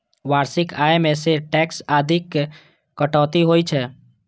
वार्षिक आय मे सं टैक्स आदिक कटौती होइ छै